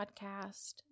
podcast